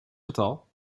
getal